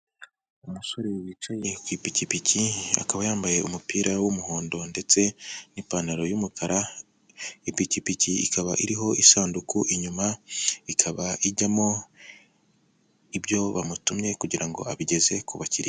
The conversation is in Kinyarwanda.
Umusore wicaye ku ipikipiki akaba yambaye umupira w'umuhondo ndetse n'ipantaro y'umukara, ipikipiki ikaba iriho isanduku inyuma, ikaba ijyamo ibyo bamutumye, kugira ngo abigeze ku bakiriya.